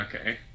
okay